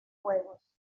juegos